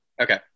okay